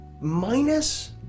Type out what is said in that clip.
minus